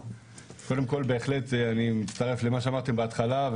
קודם כל אני בהחלט מצטרף למה שאמרתם בהתחלה,